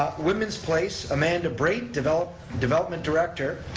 women's place, amanda braet, development development director,